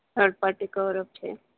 third party cover up છે